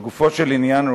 לגופו של עניין,